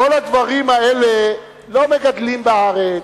את כל הדברים האלה לא מגדלים בארץ.